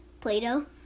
Play-doh